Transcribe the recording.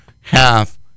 half